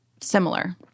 similar